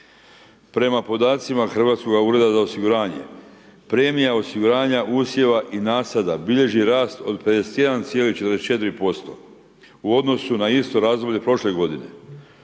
Prema podacima Hrvatskog ureda za osiguranje premija osiguranja usjeva i nasada bilježi rast od 51,44% u odnosu na isto razdoblje prošlo godine.